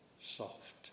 soft